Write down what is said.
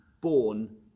born